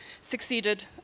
succeeded